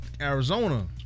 Arizona